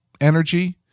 energy